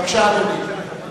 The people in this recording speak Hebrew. בבקשה, אדוני.